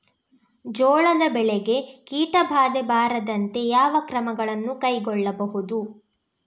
ಜೋಳದ ಬೆಳೆಗೆ ಕೀಟಬಾಧೆ ಬಾರದಂತೆ ಯಾವ ಕ್ರಮಗಳನ್ನು ಕೈಗೊಳ್ಳಬಹುದು?